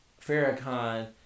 Farrakhan